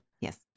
Yes